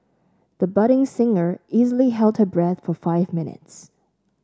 the budding singer easily held her breath for five minutes